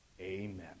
Amen